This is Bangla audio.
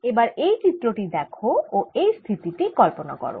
এবার এই চিত্র টি দেখো ও এই স্থিতি টি কল্পনা করো